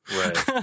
Right